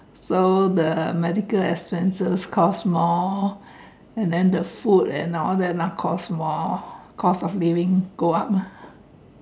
so the medical expenses cost more and then the food and all that now cost more cost of living go up ah